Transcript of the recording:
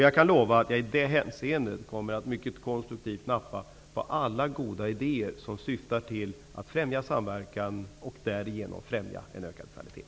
Jag kan lova att jag i det hänseendet mycket konstruktivt kommer att nappa på alla goda idéer som syftar att främja samverkan och därigenom en ökad kvalitet.